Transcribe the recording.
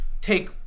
take